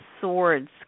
Swords